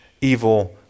evil